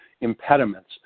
impediments